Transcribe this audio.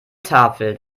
tafel